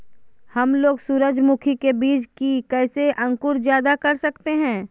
हमलोग सूरजमुखी के बिज की कैसे अंकुर जायदा कर सकते हैं?